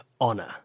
honor